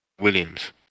Williams